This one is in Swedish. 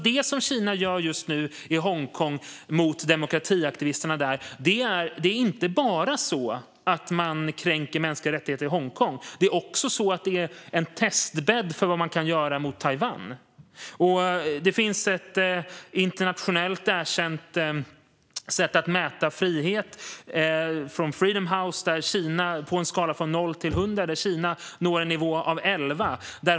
Det som Kina gör just nu i Hongkong mot demokratiaktivisterna där handlar inte bara om att kränka mänskliga rättigheter i Hongkong; det är också en testbädd för vad man kan göra mot Taiwan. Det finns ett internationellt erkänt sätt att mäta frihet från Freedom House där Kina på en skala från 0 till 100 når nivån 11.